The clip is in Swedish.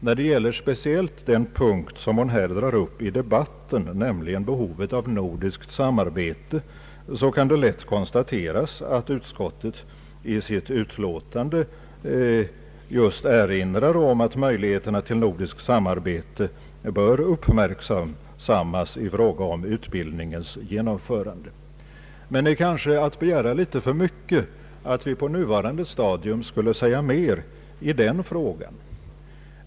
När det gäller speciellt den punkt som hon här drar upp i debatten, nämligen behovet av nordiskt samarbete, kan lätt konstateras att utskottet i sitt utlåtande just erinrar om att möjligheterna till nordiskt samarbete bör uppmärksammas i fråga om utbildningens genomförande. Men det är kanske att begära litet för mycket att vi på nuvarande stadium skulle säga mer i denna fråga.